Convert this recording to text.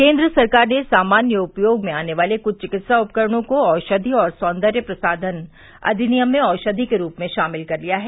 केन्द्र सरकार ने सामान्य उपयोग में आने वाले कुछ चिकित्सा उपकरणों को औषधि और सौंदर्य प्रसाधन अधिनियम में औषधि के रूप में शामिल कर लिया है